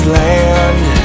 land